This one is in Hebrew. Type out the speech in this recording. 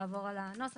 לעבור על הנוסח.